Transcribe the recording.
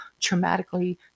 traumatically